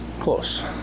Close